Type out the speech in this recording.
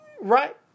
Right